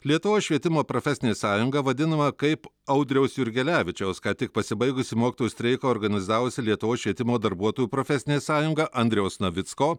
lietuvos švietimo profesinė sąjunga vadinama kaip audriaus jurgelevičiaus ką tik pasibaigusį mokytojų streiką organizavusi lietuvos švietimo darbuotojų profesinė sąjunga andriaus navicko